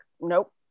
nope